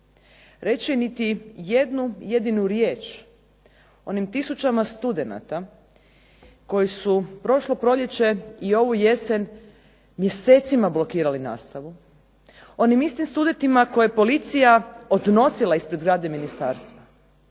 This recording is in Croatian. reći niti jednu jedinu riječ onim tisućama studenata koji su prošlo proljeće i ovu jesen mjesecima blokirali nastavu, onim istim studentima koje je policija odnosila ispred zgrade ministarstva.